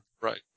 Right